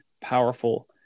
powerful